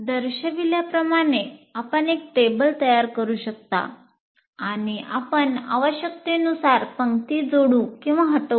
दर्शविल्याप्रमाणे आपण एक टेबल तयार करू शकता आणि आपण आवश्यकतेनुसार पंक्ती जोडू किंवा हटवू शकता